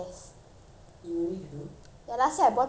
ya last time I bought presents for them [what] all of them